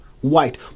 white